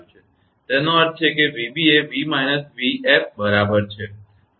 તેનો અર્થ છે 𝑣𝑏 એ 𝑣 − 𝑣𝑓 બરાબર છે